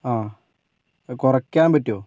ആ കുറയ്ക്കാൻ പറ്റുമോ